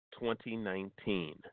2019